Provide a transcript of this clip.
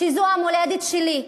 שזו המולדת שלי,